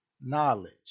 knowledge